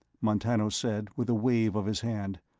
montano said with a wave of his hand,